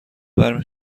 برمی